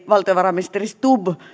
valtiovarainministeri stubb